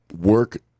work